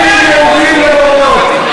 לא זורקים יהודים לבורות.